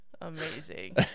Amazing